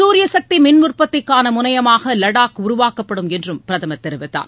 சூரியசக்தி மின் உற்பத்திக்கான முனையமாக லடாக் உருவாக்கப்படும் என்றும் பிரதமர் தெரிவித்தார்